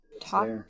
talk